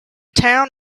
town